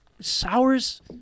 Sours